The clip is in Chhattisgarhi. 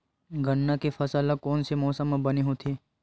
गन्ना के फसल कोन से मौसम म बने होथे?